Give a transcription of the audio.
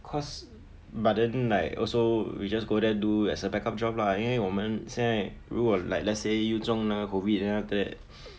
cause but then like also we just go there do as a backup job lah 因为我们现在如果 like let's say 又中那个 COVID then after that